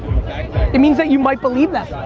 it means that you might believe that.